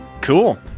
cool